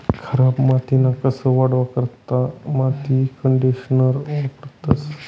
खराब मातीना कस वाढावा करता माती कंडीशनर वापरतंस